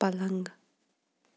پَلنٛگ